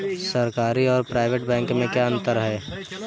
सरकारी और private bank में क्या अंतर है?